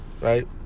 Right